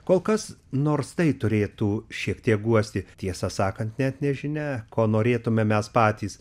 kol kas nors tai turėtų šiek tiek guosti tiesą sakant net nežinia ko norėtume mes patys